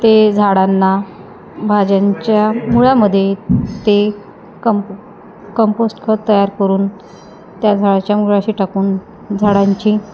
ते झाडांना भाज्यांच्या मुळामध्ये ते कंमप कंपोस्ट खत तयार करून त्या झाडाच्या मुळाशी टाकून झाडांची